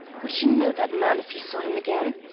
would you know that man if you saw him again?